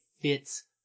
fits